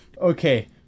Okay